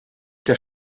der